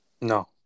No